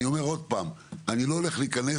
אני אומר עוד פעם: אני לא הולך להיכנס